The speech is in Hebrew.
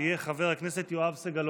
יהיה חבר הכנסת יואב סגלוביץ'.